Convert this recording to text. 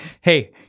hey